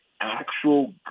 actual